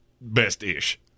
Best-ish